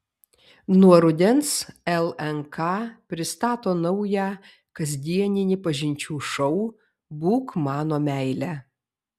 nuo rudens lnk pristato naują kasdieninį pažinčių šou būk mano meile